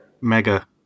mega